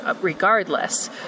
regardless